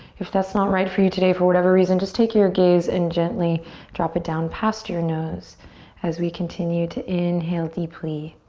if that's not right for you today, for whatever reason, just take your gaze and gently drop it down past your nose as we continue to inhale deeply.